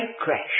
crash